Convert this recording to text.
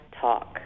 talk